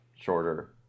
shorter